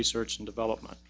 research and development